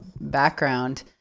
background